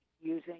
using